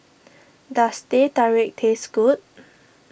does Teh Tarik taste good